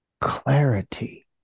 clarity